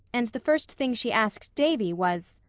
and the first thing she asked davy was,